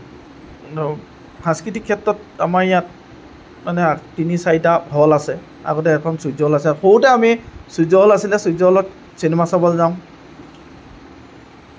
সাংস্কৃতিক ক্ষেত্ৰত আমাৰ ইয়াত মানে তিনি চাৰিটা হল আছে আগতে এখন সূৰ্য্য হল আছে সৰুতে আমি সূৰ্য্য হল আছিলে সূৰ্য্য হলত চিনেমা চাবলৈ যাওঁ